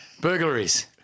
burglaries